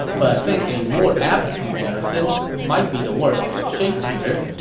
but i think a more apt comparison might be the works of shakespeare,